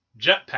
jetpack